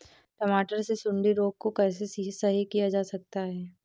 टमाटर से सुंडी रोग को कैसे सही किया जा सकता है?